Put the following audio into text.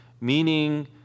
meaning